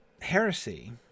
Heresy